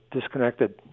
disconnected